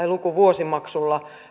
lukuvuosimaksulla